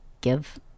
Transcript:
give